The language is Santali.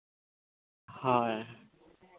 ᱦᱳᱭ